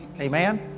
Amen